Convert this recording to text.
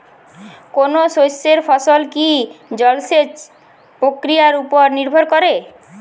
কোনো শস্যের ফলন কি জলসেচ প্রক্রিয়ার ওপর নির্ভর করে?